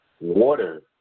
water